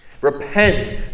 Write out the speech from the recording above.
Repent